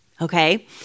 Okay